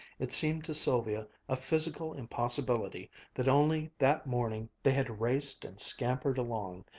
it seemed to sylvia a physical impossibility that only that morning they had raced and scampered along,